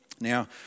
Now